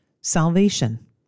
salvation